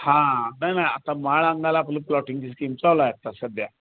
हां नाही नाही आता माळअंगाला आपलं प्लॉटिंगची स्कीम चालू आहे आता सध्या